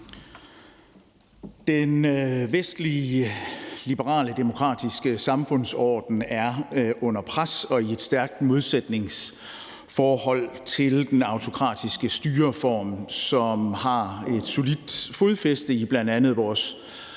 Den vestlige liberale demokratiske samfundsorden er under pres og i et stærkt modsætningsforhold til den autokratiske styreform, som har et solidt fodfæste i bl.a. vores